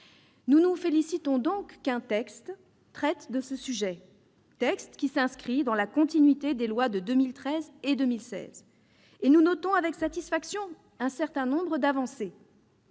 nous nous félicitons qu'un texte traite de ce sujet, dans la continuité des lois de 2013 et de 2016, et nous notons avec satisfaction un certain nombre d'avancées,